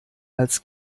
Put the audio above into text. als